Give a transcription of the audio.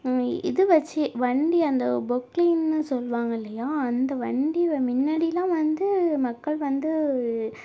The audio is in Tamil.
இது வச்சு வண்டி அந்த பொக்லைன்னு சொல்லுவாங்கல்லையா அந்த வண்டிய முன்னாடிலாம் வந்து மக்கள் வந்து